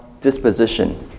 disposition